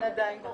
לסעיף הבא.